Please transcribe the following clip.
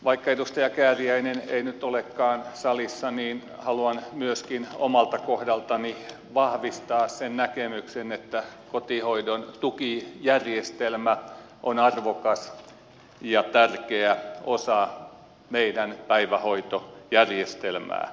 vaikka edustaja kääriäinen ei nyt olekaan salissa haluan myöskin omalta kohdaltani vahvistaa sen näkemyksen että kotihoidon tukijärjestelmä on arvokas ja tärkeä osa meidän päivähoitojärjestelmäämme